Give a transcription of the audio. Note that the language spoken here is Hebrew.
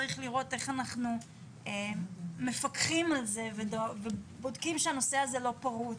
צריך לראות איך אנחנו מפקחים על זה ובודקים שהנושא הזה לא פרוץ.